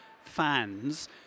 fans